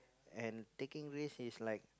and taking risk is like